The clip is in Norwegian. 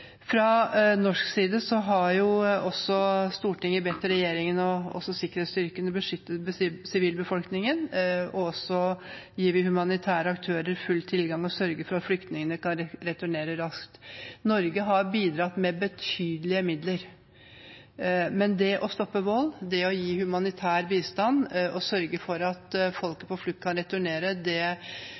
Fra norsk side har vi bedt regjeringen og sikkerhetsstyrkene om å beskytte sivilbefolkningen, gi de humanitære aktørene full tilgang og sørge for at flyktningene kan returnere raskt. Norge har bidratt med betydelige midler. Men å stoppe vold, gi humanitær bistand og sørge for at folk på flukt kan returnere, krever også at man har oppmerksomhet rettet inn mot de underliggende årsakene til hvorfor det